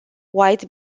white